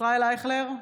ישראל אייכלר,